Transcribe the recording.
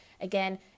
Again